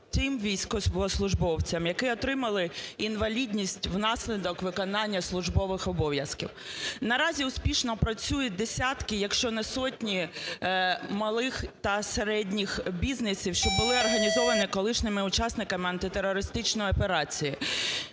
тим військовослужбовцям, які отримали інвалідність внаслідок виконання службових обов'язків. Наразі успішно працюють десятки, якщо не сотні, малих та середніх бізнесів, що були організовані колишніми учасниками антитерористичної операції.